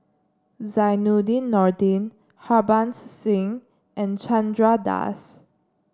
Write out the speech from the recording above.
Zainudin Nordin Harbans Singh and Chandra Das